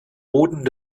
boden